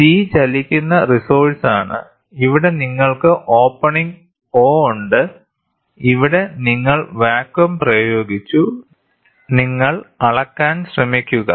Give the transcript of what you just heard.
C ചലിക്കുന്ന റിസോഴ്സാണ് ഇവിടെ നിങ്ങൾക്ക് ഓപ്പണിംഗ് O ഉണ്ട് ഇവിടെ നിങ്ങൾ വാക്വം പ്രയോഗിച്ചു നിങ്ങൾ അളക്കാൻ ശ്രമിക്കുക